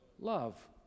love